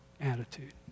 attitude